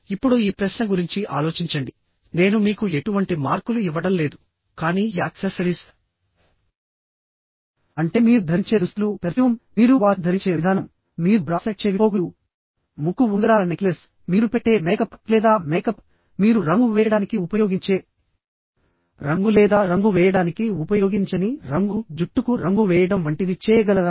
ఇప్పుడు ఈ ప్రశ్న గురించి ఆలోచించండి నేను మీకు ఎటువంటి మార్కులు ఇవ్వడం లేదు కానీ యాక్సెసరీస్ అంటే మీరు ధరించే దుస్తులు పెర్ఫ్యూమ్ మీరు వాచ్ ధరించే విధానం మీరు బ్రాస్లెట్ చెవిపోగులు ముక్కు ఉంగరాల నెక్లెస్ మీరు పెట్టే మేకప్ లేదా మేకప్ మీరు రంగు వేయడానికి ఉపయోగించే రంగు లేదా రంగు వేయడానికి ఉపయోగించని రంగు జుట్టుకు రంగు వేయడం వంటివి చేయగలరా